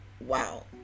wow